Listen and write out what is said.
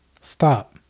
stop